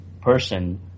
person